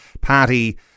party